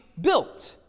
built